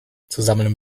zusammen